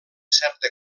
certa